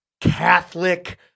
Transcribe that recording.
Catholic